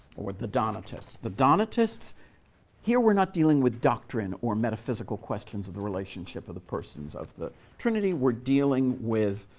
or the donatists. the donatists here we're not dealing with doctrine or metaphysical questions of the relationship of the persons of the trinity. we're dealing with